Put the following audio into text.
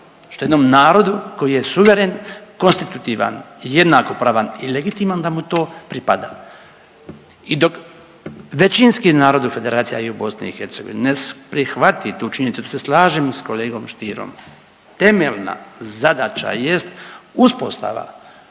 što jednom narodu koji je suveren, konstitutivan, jednakopravan i legitiman da mu to pripada. I dok većinski narod u Federaciji a i u Bosni i Hercegovini ne prihvati tu činjenicu tu se slažem i sa kolegom Stierom temeljna zadaća jest uspostava